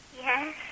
Yes